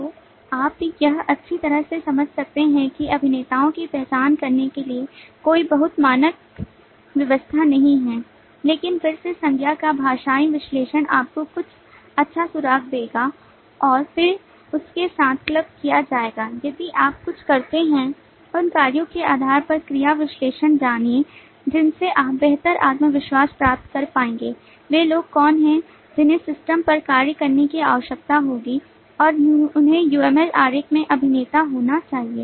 तो आप यह अच्छी तरह से समझ सकते हैं कि अभिनेताओं की पहचान करने के लिए कोई बहुत मानक व्यवस्था नहीं है लेकिन फिर से संज्ञा का भाषाई विश्लेषण आपको कुछ अच्छा सुराग देगा और फिर उसके साथ क्लब किया जाएगा यदि आप कुछ करते हैं उन कार्यों के आधार पर क्रिया विश्लेषण जानिए जिनसे आप बेहतर आत्मविश्वास प्राप्त कर पाएंगे वे लोग कौन हैं जिन्हें सिस्टम पर कार्य करने की आवश्यकता होगी और उन्हें UML आरेख में अभिनेता होना चाहिए